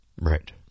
Right